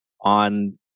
on